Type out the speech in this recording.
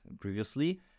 previously